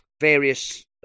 various